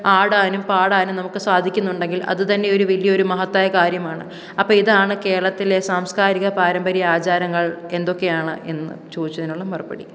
ആടാനും പാടാനും നമുക്ക് സാധിക്കുന്നുണ്ടെങ്കിൽ അത് തന്നെയൊരു വലിയൊരു മഹത്തായ കാര്യമാണ് അപ്പോള് ഇതാണ് കേരളത്തിലെ സാംസ്കാരിക പാരമ്പര്യ ആചാരങ്ങൾ എന്തൊക്കെയാണ് എന്ന് ചോദിച്ചതിനുള്ള മറുപടി